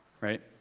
right